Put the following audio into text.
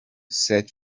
said